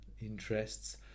interests